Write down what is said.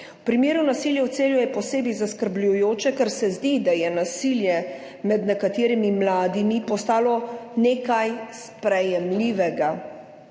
V primeru nasilja v Celju je posebej zaskrbljujoče, ker se zdi, da je nasilje med nekaterimi mladimi postalo nekaj sprejemljivega,